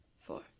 Four